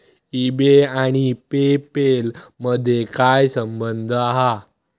E बे आणि PayPal मधे काय संबंध हा?